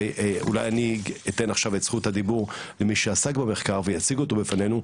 אני אתן עכשיו את זכות הדיבור למי שעסק במחקר ויציג אותו בפנינו,